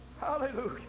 Hallelujah